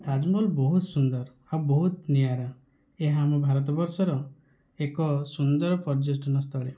ତାଜମହଲ ବହୁତ ସୁନ୍ଦର ଆଉ ବହୁତ ନିଆରା ଏହା ଆମ ଭାରତ ବର୍ଷର ଏକ ସୁନ୍ଦର ପର୍ଯ୍ୟଟନ ସ୍ଥଳୀ